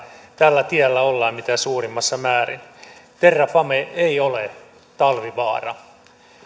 tällä tiellä ollaan mitä suurimmassa määrin terrafame ei ole talvivaara